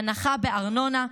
הנחה בארנונה,